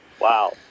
Wow